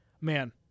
man